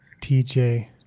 TJ